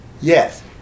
Yes